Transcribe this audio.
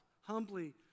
humbly